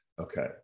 Okay